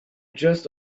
just